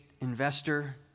investor